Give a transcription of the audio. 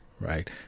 Right